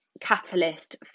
catalyst